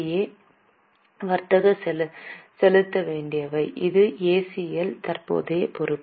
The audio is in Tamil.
ஏ வர்த்தக செலுத்த வேண்டியவை இது ACL தற்போதைய பொறுப்பு